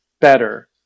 better